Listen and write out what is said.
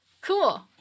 Cool